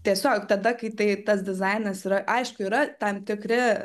tiesiog tada kai tai tas dizainas yra aišku yra tam tikri